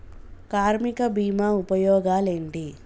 కార్మిక బీమా ఉపయోగాలేంటి?